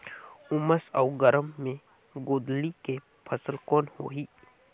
उमस अउ गरम मे गोंदली के फसल कौन होही?